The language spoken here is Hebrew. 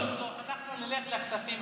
אנחנו נלך לוועדת הכספים,